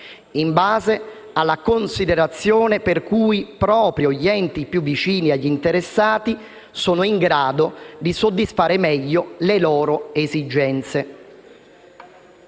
in base alla considerazione per cui proprio gli enti più vicini agli interessati sono in grado di soddisfare meglio le loro esigenze.